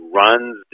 runs